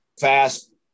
fast